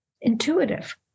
intuitive